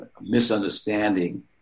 misunderstanding